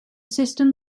system